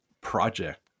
project